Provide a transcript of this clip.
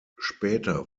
später